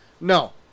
No